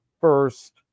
first